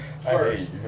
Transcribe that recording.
first